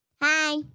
Hi